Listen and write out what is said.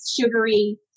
sugary